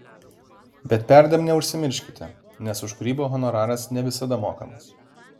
bet perdėm neužsimirškite nes už kūrybą honoraras ne visada mokamas